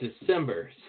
December